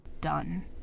done